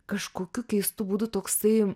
kažkokiu keistu būdu toksai